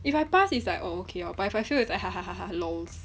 if I pass is like orh okay lor but if I feel it's like lols